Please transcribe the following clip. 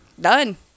done